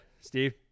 steve